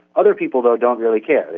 other people though don't really care,